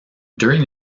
during